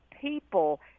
people